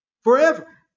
forever